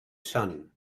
son